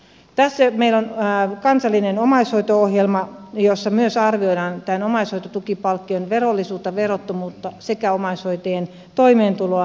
tässä meillä on kansallinen omaishoito ohjelma jossa myös arvioidaan omaishoitotukipalkkion verollisuutta verottomuutta sekä omaishoitajien toimeentuloa